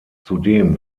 zudem